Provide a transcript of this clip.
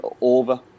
over